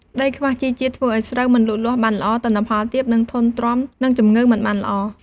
ដីខ្វះជីជាតិធ្វើឱ្យស្រូវមិនលូតលាស់បានល្អ ទិន្នផលទាប និងធន់ទ្រាំនឹងជំងឺមិនបានល្អ។